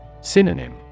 Synonym